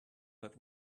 that